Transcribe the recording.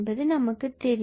நமக்கு தெரிந்தது